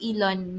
Elon